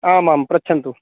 आम् आम् पृच्छन्तु